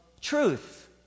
truth